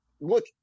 look